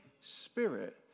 Spirit